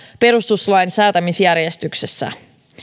perustuslain säätämisjärjestyksessä